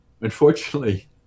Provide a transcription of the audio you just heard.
Unfortunately